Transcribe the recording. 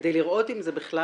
כדי לראות אם זה בכלל